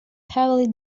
heavily